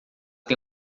tem